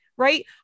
right